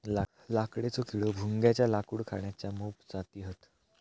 लाकडेचो किडो, भुंग्याच्या लाकूड खाण्याच्या मोप जाती हत